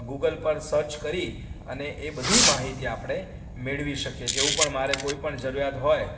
Google પર search કરી અને એ બધી માહિતી આપણે મેળવી શકીએ છીએ એવું પણ મારે કોઈપણ જરૂરિયાત હોય